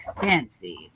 fancy